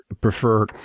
prefer